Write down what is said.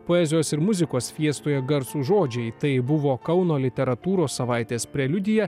poezijos ir muzikos fiestoje garsūs žodžiai tai buvo kauno literatūros savaitės preliudija